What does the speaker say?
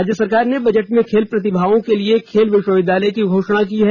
राज्य सरकार ने बजट में खेल प्रतिभाओं के लिए खेल विश्वविद्यालय की घोषणा भी है